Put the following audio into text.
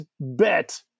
bet